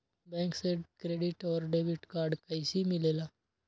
Bank से credit और debit card कैसी मिलेला?